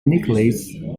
necklace